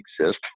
exist